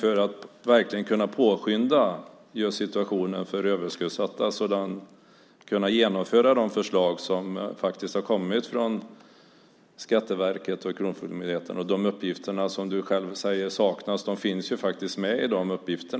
Om man verkligen ville påskynda en förbättring av situationen för överskuldsatta skulle man kunna genomföra de förslag som har kommit från Skatteverket och Kronofogdemyndigheten. De uppgifter som du själv säger saknas finns med där.